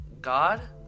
God